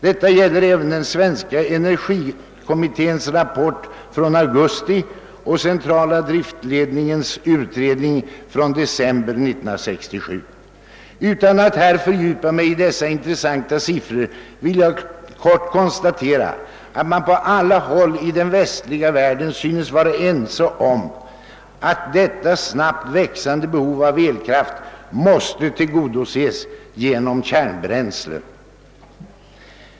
Detta gäller även den svenska energikommitténs rapport från augusti och centrala driftsledningens utredning från december 1967. Utan att här fördjupa mig i de intressanta siffrorna vill jag helt kort konstatera, att man på alla håll i den västliga världen synes vara ense om att detta snabbt växande behov av elkraft måste tillgodoses genom kärnbränsle.